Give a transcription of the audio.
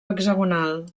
hexagonal